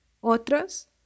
otros